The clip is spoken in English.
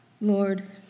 Lord